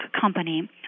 company